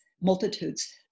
multitudes